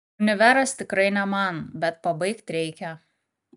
univeras tikrai ne man bet pabaigt reikia